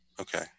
Okay